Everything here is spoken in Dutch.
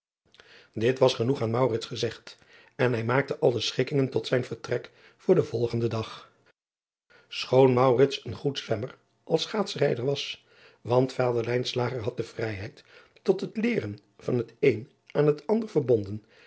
it was genoeg aan gezegd en hij maakte alle schikkingen tot zijn vertrek voor den volgenden dag choon een zoo goed zwemmer als schaatsrijder was want vader had de vrijheid tot het leeren van het een aan het ander verbonden